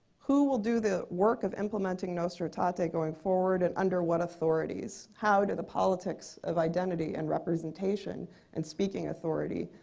who will do the work of implementing nostra aetate going forward and under what authorities? how do the politics of identity and representation and speaking authority,